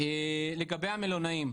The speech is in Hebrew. לגבי המלונאים,